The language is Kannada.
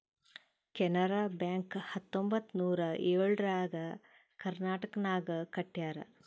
ಕೆನರಾ ಬ್ಯಾಂಕ್ ಹತ್ತೊಂಬತ್ತ್ ನೂರಾ ಎಳುರ್ನಾಗ್ ಕರ್ನಾಟಕನಾಗ್ ಕಟ್ಯಾರ್